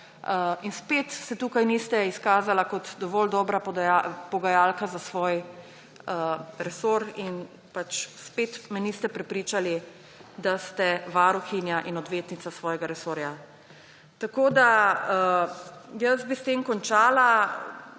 In spet se tukaj niste izkazali kot dovolj dobra pogajalka za svoj resor in me pač spet niste prepričali, da ste varuhinja in odvetnica svojega resorja. Jaz bi s tem končala.